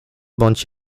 bądź